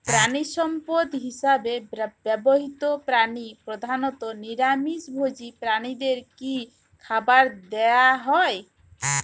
প্রাণিসম্পদ হিসেবে ব্যবহৃত প্রাণী প্রধানত নিরামিষ ভোজী প্রাণীদের কী খাবার দেয়া হয়?